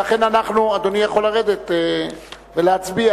אדוני יכול לרדת ולהצביע.